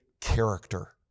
character